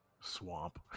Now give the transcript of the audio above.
Swamp